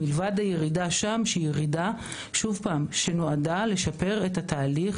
מלבד הירידה שם שהיא ירידה שנועדה לשפר את התהליך